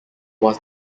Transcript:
was